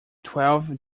twelve